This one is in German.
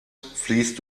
fließt